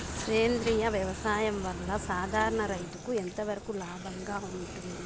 సేంద్రియ వ్యవసాయం వల్ల, సాధారణ రైతుకు ఎంతవరకు లాభంగా ఉంటుంది?